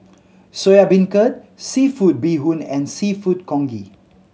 Soya Beancurd seafood bee hoon and Seafood Congee